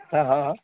ହଁ ହଁ